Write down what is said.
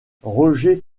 roger